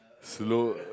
slow